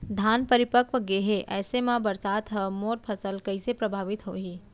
धान परिपक्व गेहे ऐसे म बरसात ह मोर फसल कइसे प्रभावित होही?